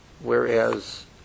whereas